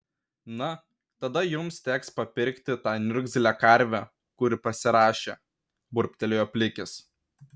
na tada jums teks papirkti tą niurgzlę karvę kur pasirašė burbtelėjo plikis